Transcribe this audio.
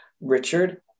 Richard